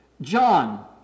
John